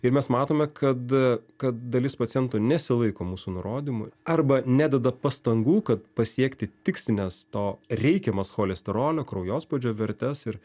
ir mes matome kad kad dalis pacientų nesilaiko mūsų nurodymų arba nededa pastangų kad pasiekti tikslines to reikiamas cholesterolio kraujospūdžio vertes ir